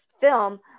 film